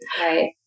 Right